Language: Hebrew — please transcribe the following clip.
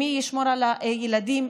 מי ישמור על הילדים,